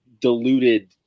diluted